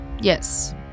yes